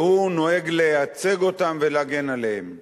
והוא נוהג לייצג אותם ולהגן עליהם.